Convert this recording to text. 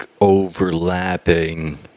overlapping